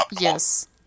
Yes